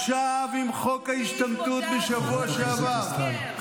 ועכשיו עם חוק ההשתמטות בשבוע שעבר -- אתה יודע מול מי התמודדנו,